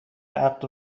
عقد